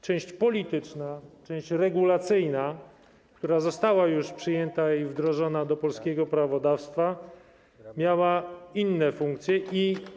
Część polityczna, część regulacyjna, która została już przyjęta i wdrożona do polskiego prawodawstwa, miała inne funkcje.